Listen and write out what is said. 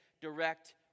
direct